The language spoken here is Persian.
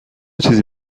چیزی